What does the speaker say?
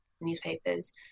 newspapers